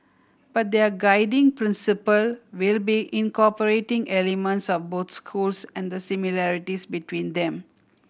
but their guiding principle will be incorporating elements of both schools and the similarities between them